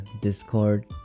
Discord